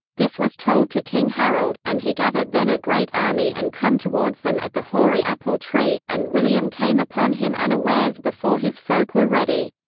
this was told to king harold, and he gathered then a great army and come towards them at the hoary apple tree, and william came upon him unawares before his folk were ready.